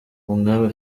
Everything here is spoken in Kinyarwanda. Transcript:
umwami